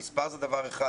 המספר זה דבר אחד,